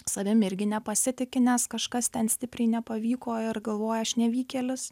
savim irgi nepasitiki nes kažkas ten stipriai nepavyko ir galvoja aš nevykėlis